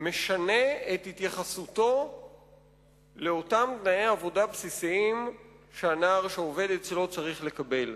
משנה את התייחסותו לתנאי העבודה הבסיסיים שהנער שעובד אצלו צריך לקבל.